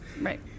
Right